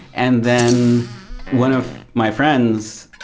and then one of my friends,